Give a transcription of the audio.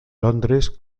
londres